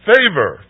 Favor